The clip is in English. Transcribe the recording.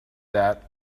that